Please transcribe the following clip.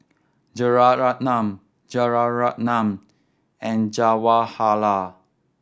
Rajaratnam Rajaratnam and Jawaharlal